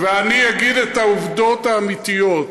ואני אגיד את העובדות האמיתיות.